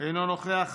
אינו נוכח,